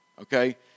Okay